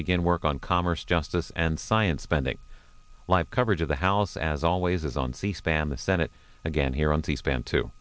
begin work on commerce justice and science spending live coverage of the house as always is on c span the senate again here on c span to